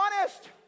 honest